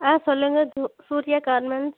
ஆ சொல்லுங்க சு சூர்யா கார்மெண்ட்ஸ்